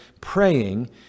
praying